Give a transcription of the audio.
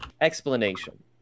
explanation